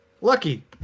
lucky